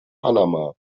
panama